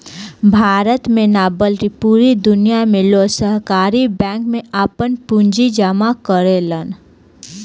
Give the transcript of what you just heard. भारत में ना बल्कि पूरा दुनिया में लोग सहकारी बैंक में आपन पूंजी जामा करेलन